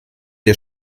der